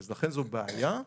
אני אשמח לקבל אותה.